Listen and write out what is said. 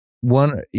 one